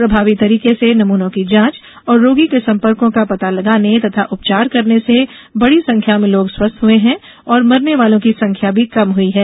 प्रभावी तरीके से नमूनों की जांच और रोगी के सम्पर्कों का पता लगाने तथा उपचार करने से बड़ी संख्या में लोग स्वस्थ हुए हैं और मरने वालों की संख्या भी कम हुई है